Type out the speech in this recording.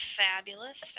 fabulous